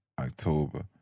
October